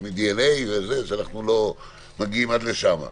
DNA אנחנו לא מגיעים עד לשם.